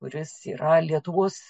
kuris yra lietuvos